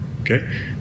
okay